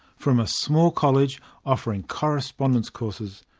from a small college offering correspondence courses,